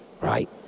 right